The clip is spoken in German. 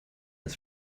ist